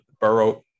burrow